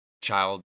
child